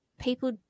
people